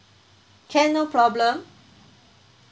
can no problem